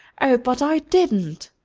o, but i didn't!